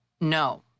No